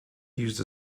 used